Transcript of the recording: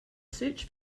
search